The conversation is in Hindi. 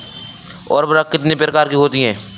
उर्वरक कितनी प्रकार के होते हैं?